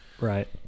right